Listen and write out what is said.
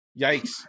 Yikes